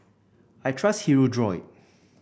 I trust Hirudoid